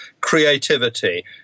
creativity